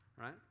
right